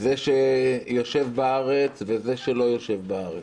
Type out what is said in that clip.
זה שיושב בארץ וזה שלא יושב בארץ.